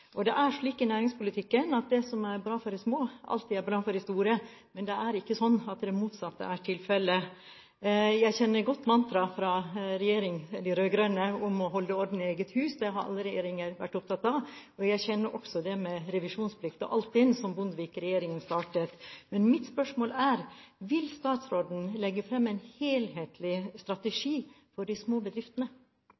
bedriftene. Det er slik i næringspolitikken at det som er bra for de små, alltid er bra for de store. Men det er ikke slik at det motsatte er tilfelle. Jeg kjenner godt mantraet fra de rød-grønne om å holde orden i eget hus. Det har alle regjeringer vært opptatt av. Jeg kjenner også det med revisjonsplikt og Altinn, som Bondevik-regjeringen startet. Men mitt spørsmål er: Vil statsråden legge fram en helhetlig